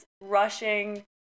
rushing